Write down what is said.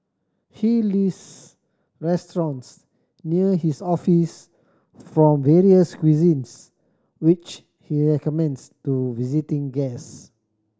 he lists restaurants near his office from various cuisines which he recommends to visiting guest